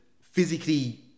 physically